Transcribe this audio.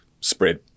spread